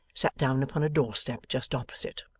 sat down upon a door-step just opposite.